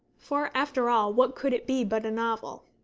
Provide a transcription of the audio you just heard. for, after all, what could it be but a novel?